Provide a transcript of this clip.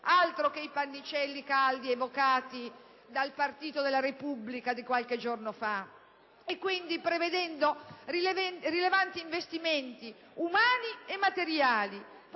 Altro che i pannicelli caldi evocati dal partito de «la Repubblica» di qualche giorno fa! Quindi, prevedendo rilevanti investimenti, umani e materiali,